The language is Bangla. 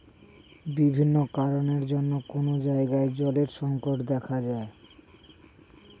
বিভিন্ন কারণের জন্যে কোন জায়গায় জলের সংকট দেখা যায়